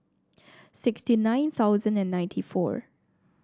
sixty nine thousand and ninety four